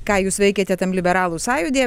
ką jūs veikėte tam liberalų sąjūdyje